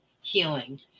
healing